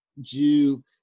Jew